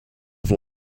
have